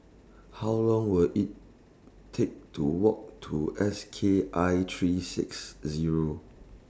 How Long Will IT Take to Walk to S K I three six Zero